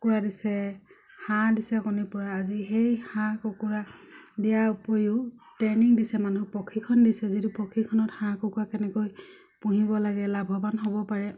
কুকুৰা দিছে হাঁহ দিছে কণী পৰা আজি সেই হাঁহ কুকুৰা দিয়াৰ উপৰিও ট্ৰেইনিং দিছে মানুহক প্ৰশিক্ষণ দিছে যিটো প্ৰশিক্ষণত হাঁহ কুকুৰা কেনেকৈ পুহিব লাগে লাভৱান হ'ব পাৰে